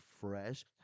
fresh